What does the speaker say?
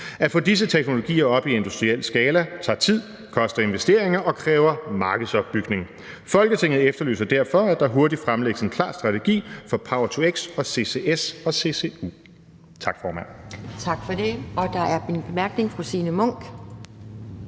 At få disse teknologier op i industriel skala tager tid, koster investeringer og kræver markedsopbygning. Folketinget efterlyser derfor, at der hurtigt fremlægges en klar strategi for power-to-x og CCS/CCU.«